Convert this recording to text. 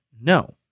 No